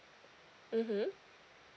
mmhmm